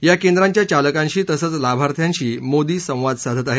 या केंद्रांच्या चालकांशी तसंच लाभार्थ्यांशी मोदी संवाद साधत आहेत